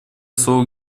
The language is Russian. слово